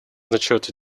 означают